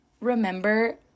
remember